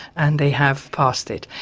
and they have passed it.